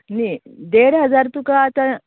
न्ही देड हजार तुका आतां